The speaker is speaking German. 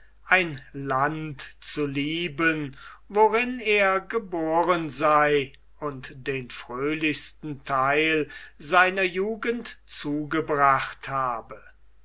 ein land zu lieben worin er geboren sei und den fröhlichsten theil seiner jugend zugebracht habe